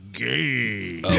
game